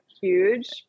huge